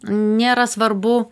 nėra svarbu